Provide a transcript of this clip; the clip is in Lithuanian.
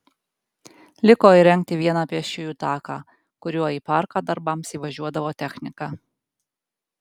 liko įrengti vieną pėsčiųjų taką kuriuo į parką darbams įvažiuodavo technika